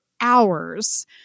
hours